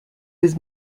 was